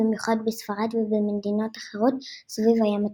במיוחד בספרד ובמדינות אחרות סביב הים התיכון.